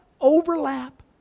overlap